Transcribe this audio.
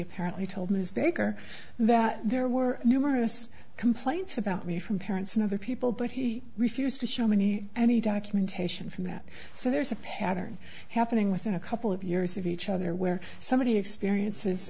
apparently told ms baker that there were numerous complaints about me from parents and other people but he refused to show me any documentation from that so there's a pattern happening within a couple of years of each other where somebody experiences